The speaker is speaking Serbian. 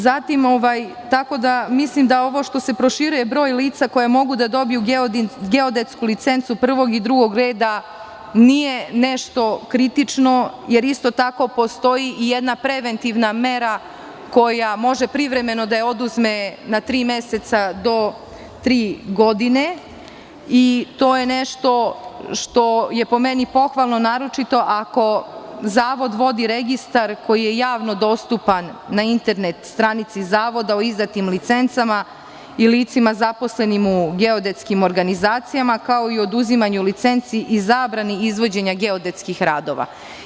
Mislim da ovo što se proširuje broj lica koja mogu da dobiju geodetsku licencu prvog i drugog reda nije nešto kritično, jer isto tako postoji i jedna preventivna mera koja može privremeno da je oduzme na tri meseca do tri godine i to je nešto što je po meni pohvalno, naročito ako Zavod vodi registar koji je javno dostupan na internet stranici Zavoda o izdatim licencama i licima zaposlenim u geodetskim organizacijama, kao i oduzimanju licenci i zabrani izvođenja geodetskih radova.